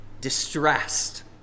distressed